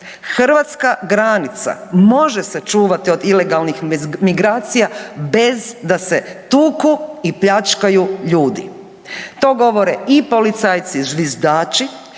hrvatska granica može se čuvati od ilegalnih migracija bez da se tuku i pljačkaju ljudi. To govore i policajci zviždači,